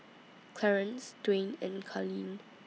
Clarnce Duwayne and Carlene